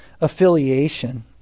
affiliation